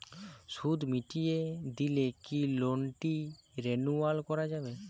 সুদ মিটিয়ে দিলে কি লোনটি রেনুয়াল করাযাবে?